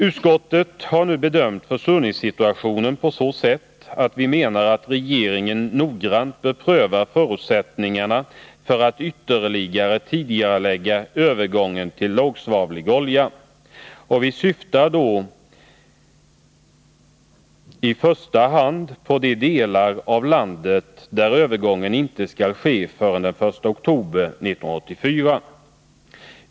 Utskottet har nu bedömt försurningssituationen på så sätt att vi menar att regeringen noggrant bör pröva förutsättningarna för att ytterligare tidigarelägga övergången till lågsvavlig olja. Vi syftar då i första hand på de delar av landet där övergången inte skall ske förrän den 1 oktober 1984.